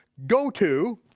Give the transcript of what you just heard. go to,